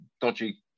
dodgy